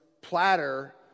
platter